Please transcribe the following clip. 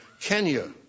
Kenya